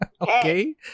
Okay